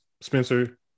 Spencer